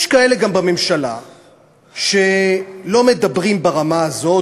יש כאלה גם בממשלה שלא מדברים ברמה הזאת,